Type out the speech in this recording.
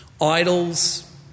idols